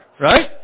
right